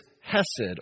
hesed